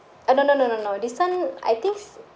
uh no no no no no this one I think